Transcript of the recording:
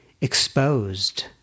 exposed